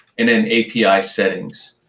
and then api settings.